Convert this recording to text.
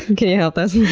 can you help us? yeah,